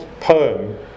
poem